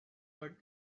but